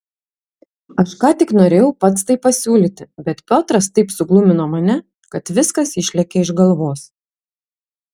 aš ką tik norėjau pats tai pasiūlyti bet piotras taip suglumino mane kad viskas išlėkė iš galvos